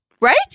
Right